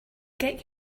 get